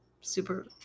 super